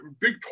big